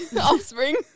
Offspring